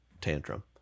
tantrum